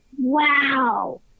wow